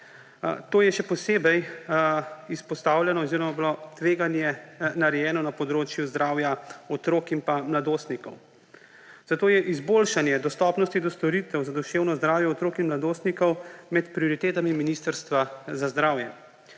To je še posebej izpostavljeno oziroma je bilo tveganje narejeno na področju zdravja otrok in pa mladostnikov. Zato je izboljšanje dostopnosti do storitev za duševno zdravje otrok in mladostnikov med prioritetami Ministrstva za zdravje.